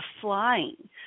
flying